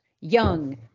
young